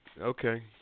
Okay